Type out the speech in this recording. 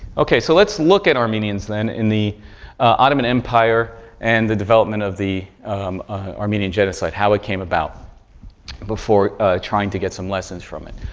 okay, so, let's look at armenians then in the ottoman empire and the development of the armenian genocide, how it came about before trying to get some lessons from it.